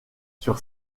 sur